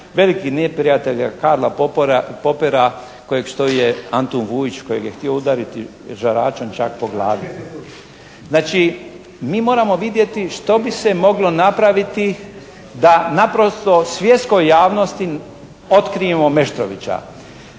Veliki neprijatelj Karla Popera kojeg što je Antun Vujić kojeg je htio udariti žaračem čak po glavi. Znači mi moramo vidjeti što bi se moglo napraviti da naprosto svjetskoj javnosti otkrijemo Meštrovića.